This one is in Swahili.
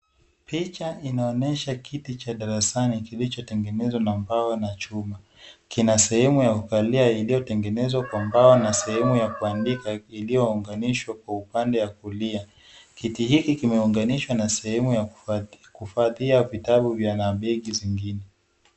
Picha inaonyesha kiti cha darasani kilichotengenezwa na mbao na chuma. Kina sehemu ya kukalia iliyotengenezwa kwa mbao na sehemu ya kuandika iliyo unganishwa kwa upande wa kulia. Kiti hiki kimeunganishwa na sehemu ya kuhifadhia vitabu pia na begi zingine.